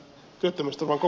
kun ed